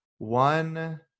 One